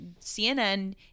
CNN